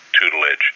tutelage